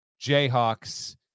Jayhawks